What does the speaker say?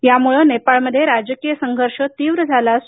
यामुळं नेपाळमध्ये राजकीय संघर्ष तीव्र झाला आहे